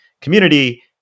community